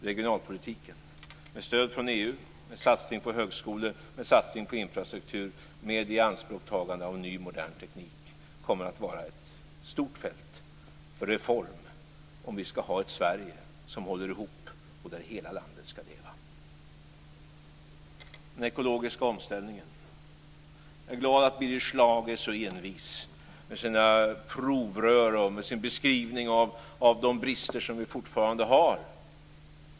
Regionalpolitiken, med stöd från EU med satsning på högskolor och satsning på infrastruktur med ianspråktagande av en ny, modern teknik, kommer att vara ett stort fält för reformer om vi ska ha ett Sverige som håller ihop och om hela landet ska leva. Det sjätte området är den ekologiska omställningen. Jag är glad att Birger Schlaug är så envis med sina provrör och med sin beskrivning av de brister som vi fortfarande har.